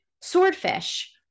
swordfish